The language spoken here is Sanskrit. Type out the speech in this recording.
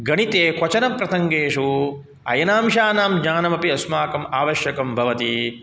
गणिते क्वचनप्रसङ्गेषु अयनांशानां ज्ञानमपि अस्माकं आवश्यकं भवति